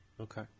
Okay